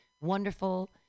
wonderful